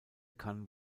kann